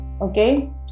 okay